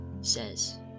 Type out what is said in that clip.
says